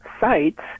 sites